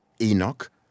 Enoch